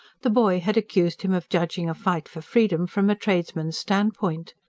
the boy had accused him of judging a fight for freedom from a tradesman's standpoint.